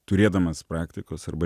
turėdamas praktikos arba